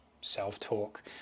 self-talk